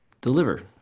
deliver